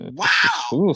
wow